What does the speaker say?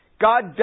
God